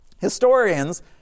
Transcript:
Historians